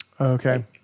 Okay